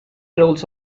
rolls